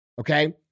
okay